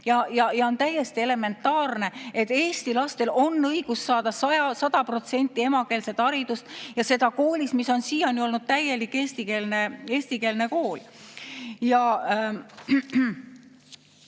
On täiesti elementaarne, et eesti lastel on õigus saada 100% emakeelset haridust koolis, mis on siiani olnud täielik eestikeelne kool. Me